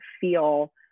feel